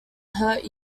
hurt